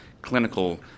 clinical